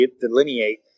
delineate